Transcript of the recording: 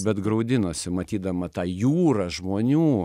bet graudinosi matydama tą jūrą žmonių